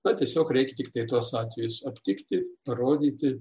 na tiesiog reikia tiktai tuos atvejus aptikti parodyti